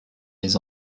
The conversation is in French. les